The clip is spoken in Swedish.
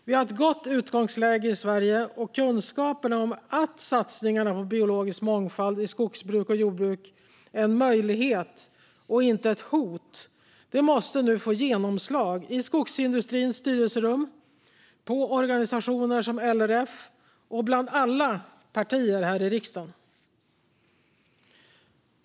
Vi har ett gott utgångsläge i Sverige, och kunskaperna om att satsningarna på biologisk mångfald i skogsbruk och jordbruk är en möjlighet och inte ett hot måste få genomslag i skogsindustrins styrelserum, i organisationer som LRF och bland alla partier här i riksdagen.